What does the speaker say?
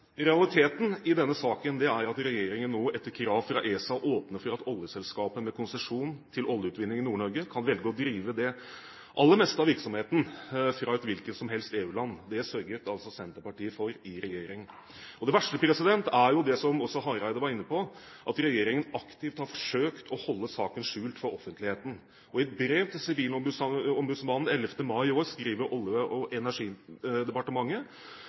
Realiteten i denne saken er at regjeringen nå etter krav fra ESA åpner for at oljeselskaper med konsesjon til oljeutvinning i Nord-Norge kan velge å drive det aller meste av virksomheten fra et hvilket som helst EU-land. Det sørget altså Senterpartiet for i regjering. Og det verste er jo det, som også Hareide var inne på, at regjeringen aktivt har forsøkt å holde saken skjult for offentligheten. I et brev til Sivilombudsmannen 11. mai i år skriver Olje- og energidepartementet: